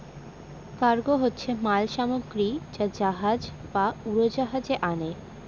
cargo হচ্ছে মাল সামগ্রী যা জাহাজ বা উড়োজাহাজে আনে